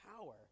power